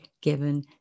given